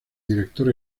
director